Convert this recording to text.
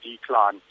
decline